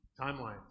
timelines